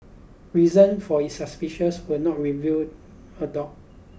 reason for its suspicions were not revealed adore